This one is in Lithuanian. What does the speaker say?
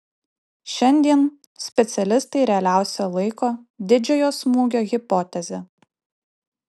šiandien specialistai realiausia laiko didžiojo smūgio hipotezę